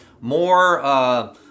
more